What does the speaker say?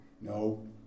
No